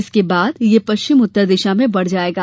इसके बाद यह पश्चिम उत्तर दिशा में बढ़ जायेगा